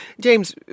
James